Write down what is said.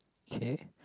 K